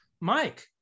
Mike